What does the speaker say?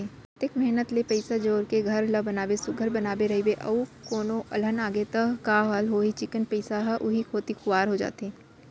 अतेक मेहनत ले पइसा जोर के घर ल बने सुग्घर बनाए रइबे अउ कोनो अलहन आगे त का हाल होही चिक्कन पइसा ह उहीं कोती खुवार हो जाथे